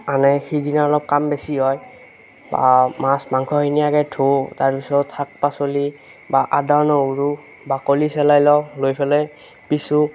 আনে সেইদিনা অলপ কাম বেছি হয় মাছ মাংসখিনি আগে ধোওঁ তাৰপিছত শাক পাচলি বা আদা নহৰু বাকলি চেলাই লওঁ লৈ পেলাই পিছোঁ